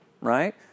right